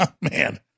Man